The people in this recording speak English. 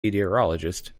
meteorologist